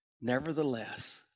Nevertheless